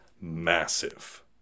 massive